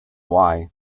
why